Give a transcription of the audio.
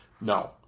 No